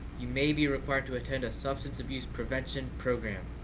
you may be required to attend a substance abuse prevention program.